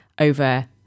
over